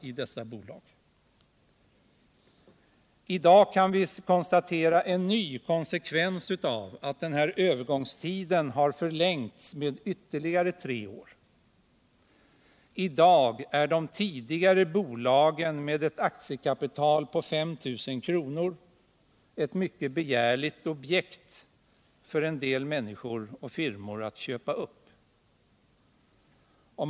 I dag kan man konstatera en ny konsekvens av att övergångstiden har förlängts med ytterligare tre år. De tidigare bolagen med ett aktiekapital på 5 000 kr. är nu mycket begärliga objekt; en del människor och firmor vill gärna köpa upp dem.